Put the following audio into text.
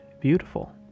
beautiful